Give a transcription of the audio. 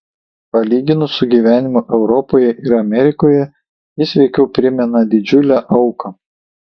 palyginus su gyvenimu europoje ir amerikoje jis veikiau primena didžiulę auką